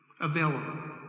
available